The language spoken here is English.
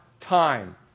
time